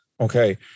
Okay